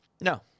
No